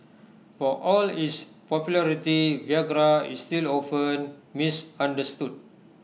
for all its popularity Viagra is still often misunderstood